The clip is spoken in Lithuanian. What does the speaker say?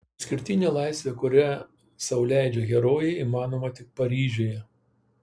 išskirtinė laisvė kurią sau leidžia herojai įmanoma tik paryžiuje